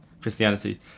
Christianity